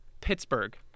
Pittsburgh